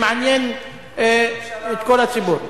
שמעניין את כל הציבור.